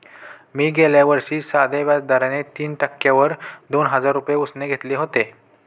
मी गेल्या वर्षी साध्या व्याज दराने तीन टक्क्यांवर दोन हजार रुपये उसने घेतले होते